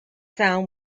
sound